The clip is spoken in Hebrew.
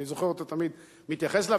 אני זוכר אותו תמיד מתייחס אליו.